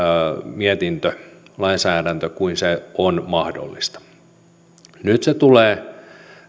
mietintö lainsäädäntö kuin se on mahdollista nyt se tulee